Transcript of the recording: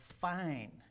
fine